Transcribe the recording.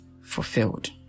fulfilled